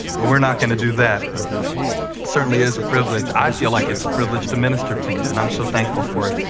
but we're not going to do that, but it certainly is a privilege. i feel like it's a privilege to minister to you, and i'm so thankful for it,